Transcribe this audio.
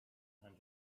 time